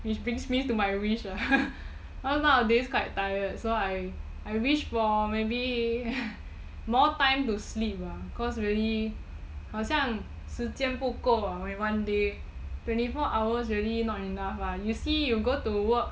which brings me to my wish you well nowadays quite tired so I I wish was maybe more time to sleep cause really 好像时间不够了 when one day twenty four hours really not enough lah you see you go to work